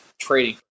Trading